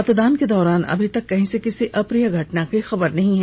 मतदान के दौरान अभी तक कहीं से किसी अप्रिय घटना की खबर नहीं है